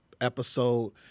episode